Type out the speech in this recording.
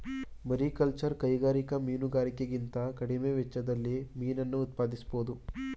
mariculture ಕೈಗಾರಿಕಾ ಮೀನುಗಾರಿಕೆಗಿಂತ ಕಡಿಮೆ ವೆಚ್ಚದಲ್ಲಿ ಮೀನನ್ನ ಉತ್ಪಾದಿಸ್ಬೋಧು